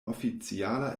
oficiala